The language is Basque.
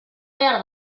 behar